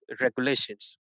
regulations